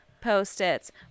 Post-its